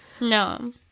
No